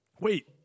wait